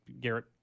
Garrett